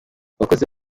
abakozi